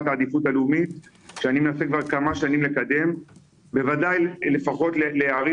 העדיפות הלאומית שאני מנסה כבר כמה שנים לקדם לפחות לערים